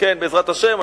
בעזרת השם,